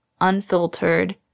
unfiltered